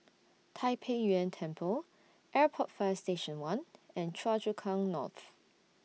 Tai Pei Yuen Temple Airport Fire Station one and Choa Chu Kang North